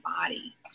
body